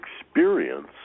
experience